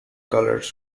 colors